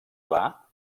clar